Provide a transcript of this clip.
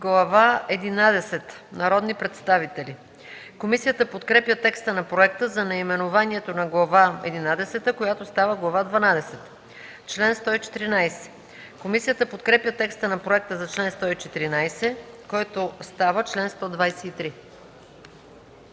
– Народни представители”. Комисията подкрепя текста на проекта за наименованието на Глава единадесета, която става Глава дванадесета. Комисията подкрепя текста на проекта за чл. 114, който става чл. 123.